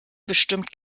bestimmt